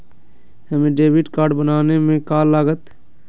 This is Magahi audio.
हमें डेबिट कार्ड बनाने में का लागत?